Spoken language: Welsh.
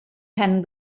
pen